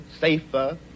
safer